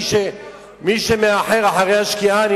מי שמאחר אחרי השקיעה,